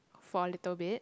for a little bit